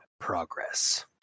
progress